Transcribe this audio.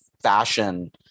fashion